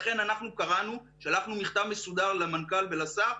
לכן אנחנו שלחנו מכתב מסודר למנכ"ל ולשר,